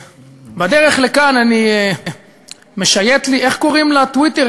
בדרך לכאן אני משייט לי, איך קוראים לטוויטר?